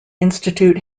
institute